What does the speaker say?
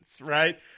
Right